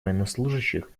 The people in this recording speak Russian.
военнослужащих